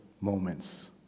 moments